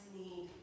need